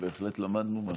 בהחלט למדנו משהו.